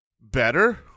better